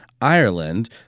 Ireland